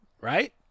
right